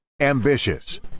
ambitious